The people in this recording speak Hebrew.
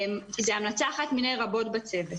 זה המלצה אחת מיני רבות בצוות.